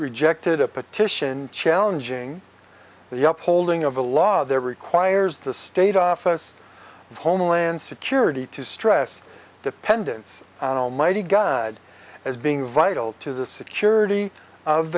rejected a petition challenging the up holding of a law that requires the state office of homeland security to stress dependence on almighty god as being vital to the security of